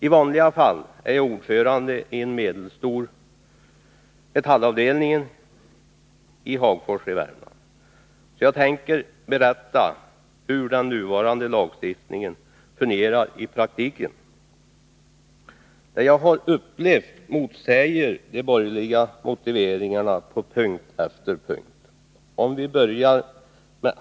I vanliga fall är jag ordförande i en medelstor Metallavdelning i Hagfors i Värmland, och jag tänker berätta hur den nuvarande lagstiftningen fungerar i praktiken på den orten. Det jag har upplevt motsäger de borgerliga motiveringarna på punkt efter punkt.